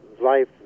life